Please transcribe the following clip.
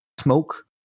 smoke